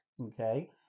okay